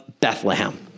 Bethlehem